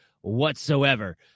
whatsoever